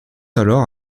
alors